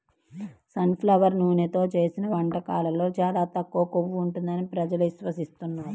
sun flower నూనెతో చేసిన వంటకాల్లో చాలా తక్కువ కొవ్వు ఉంటుంది ప్రజలు విశ్వసిస్తున్నారు